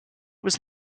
was